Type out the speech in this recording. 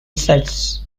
sets